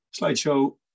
slideshow